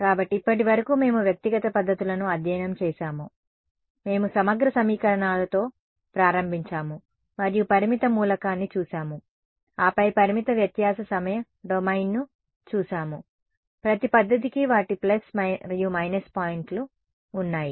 కాబట్టి ఇప్పటివరకు మేము వ్యక్తిగత పద్ధతులను అధ్యయనం చేసాము మేము సమగ్ర సమీకరణాలతో ప్రారంభించాము మరియు పరిమిత మూలకాన్ని చూశాము ఆపై పరిమిత వ్యత్యాస సమయ డొమైన్ను చూసాము ప్రతి పద్ధతికి వాటి ప్లస్ మరియు మైనస్ పాయింట్లు ఉన్నాయి